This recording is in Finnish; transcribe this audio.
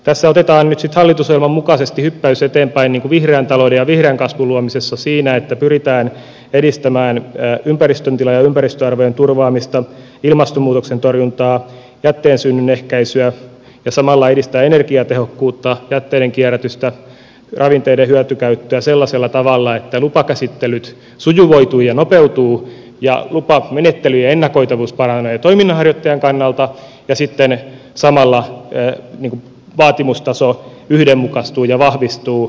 tässä otetaan nyt sitten hallitusohjelman mukaisesti hyppäys eteenpäin vihreän talouden ja vihreän kasvun luomisessa siinä että pyritään edistämään ympäristön tilaa ja ympäristöarvojen turvaamista ilmastonmuutoksen torjuntaa jätteen synnyn ehkäisyä ja samalla edistämään energiatehokkuutta jätteiden kierrätystä ravinteiden hyötykäyttöä sellaisella tavalla että lupakäsittelyt sujuvoituvat ja nopeutuvat ja lupamenettelyjen ennakoitavuus paranee toiminnanharjoittajan kannalta ja sitten samalla vaatimustaso yhdenmukaistuu ja vahvistuu